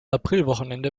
aprilwochenende